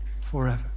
forever